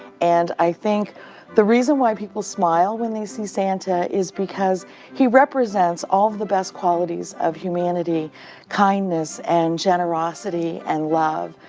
and i think the reason why people smile when they see santa is because he represents all of the best qualities of humanity kindness, and generosity, and love.